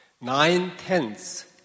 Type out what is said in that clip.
Nine-tenths